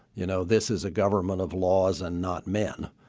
you know, this is a government of laws and not men.